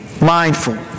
mindful